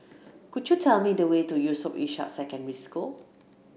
could you tell me the way to Yusof Ishak Secondary School